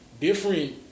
Different